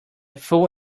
fool